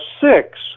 six